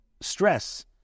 stress